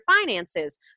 finances